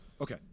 Okay